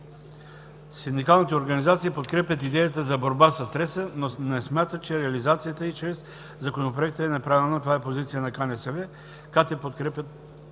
Синдикалните организации подкрепят идеята за борба със стреса, но не смятат, че реализацията й чрез Законопроекта е най-правилна. Това е позиция на КНСБ. КТ „Подкрепа”